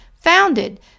founded